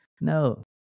no